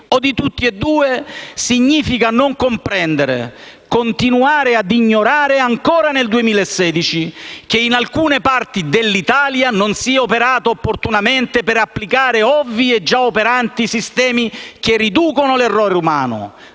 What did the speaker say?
o di tutti e due significa non comprendere e continuare ad ignorare, ancora nel 2016, che in alcune parti dell'Italia non si è operato opportunamente per applicare ovvi e già operanti sistemi che riducono l'errore umano,